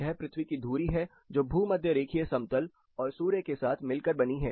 यह पृथ्वी की धुरी है जो भूमध्यरेखीय समतल और सूर्य के साथ मिलकर बनी है